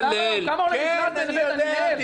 כן, תתפלא.